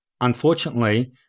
unfortunately